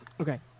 Okay